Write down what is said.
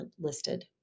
listed